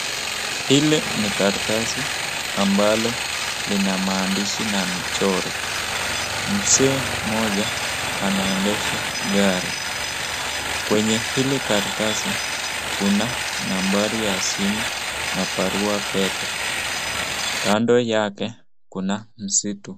Hili ni karatasi ambalo lina maandishi na michoro, mzee mmoja anaendesha gari, kwenye hili karatasi kuna nambari ya simu na barua pepe, kando yake kuna msitu.